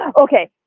okay